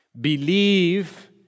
Believe